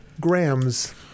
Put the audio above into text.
Grams